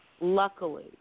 luckily